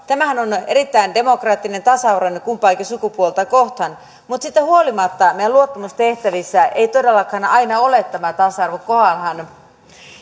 tämähän on erittäin demokraattinen ja tasa arvoinen kumpaakin sukupuolta kohtaan mutta siitä huolimatta meidän luottamustehtävissä ei todellakaan aina ole tasa arvo kohdallaan